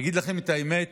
להגיד לכם את האמת,